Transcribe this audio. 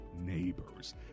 Neighbors